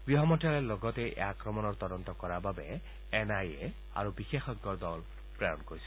গৃহ মন্ত্যালয়ে লগতে এই আক্ৰমণৰ তদন্ত কৰাৰ বাবে এন আই এ আৰু বিশেষজ্ঞৰ দল প্ৰেৰণ কৰিছে